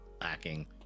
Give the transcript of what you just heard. lacking